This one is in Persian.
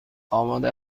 آماده